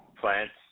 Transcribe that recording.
plants